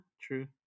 true